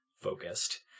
focused